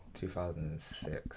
2006